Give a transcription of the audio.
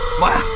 my